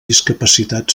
discapacitat